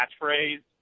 catchphrase